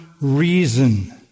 reason